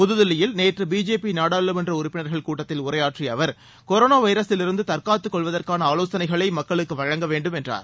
புதுதில்லியில் நேற்று பிஜேபி நாடாளுமன்ற உறுப்பினர்கள் கூட்டத்தில் உரையாற்றிய அவர் கொரோனா வைரஸில் இருந்து தற்காத்து கொள்வதற்கான ஆலோசனைகளை மக்களுக்கு வழங்க வேண்டும் என்றார்